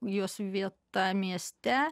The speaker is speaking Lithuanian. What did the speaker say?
jos vieta mieste